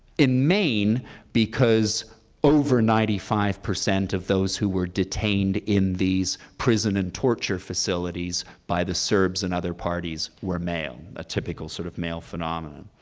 main because over ninety five percent of those who were detained in these prison and torture facilities by the serbs and other parties were male, a typical sort of male phenomenon.